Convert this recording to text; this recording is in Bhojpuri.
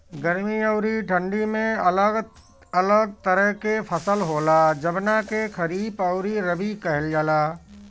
गर्मी अउरी ठंडी में अलग अलग तरह के फसल होला, जवना के खरीफ अउरी रबी कहल जला